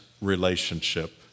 relationship